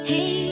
Hey